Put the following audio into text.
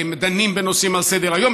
דנים בנושאים על סדר-היום.